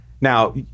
Now